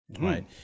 right